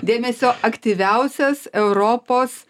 dėmesio aktyviausias europos